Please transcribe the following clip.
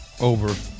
over